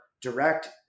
direct